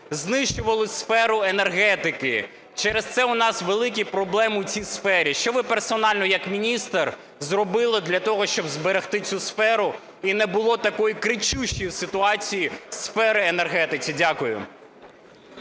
знищували сферу енергетики, через це у нас великі проблеми у цій сфері. Що ви персонально як міністр зробили для того, щоб зберегти цю сферу, і не було такої кричущої ситуації у сфері енергетики? Дякую.